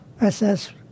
SS